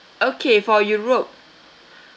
okay for europe